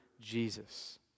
Jesus